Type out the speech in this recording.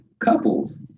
Couples